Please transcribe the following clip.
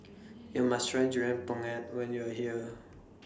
YOU must Try Durian Pengat when YOU Are here